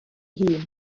hun